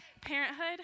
Parenthood